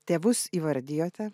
tėvus įvardijote